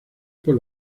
por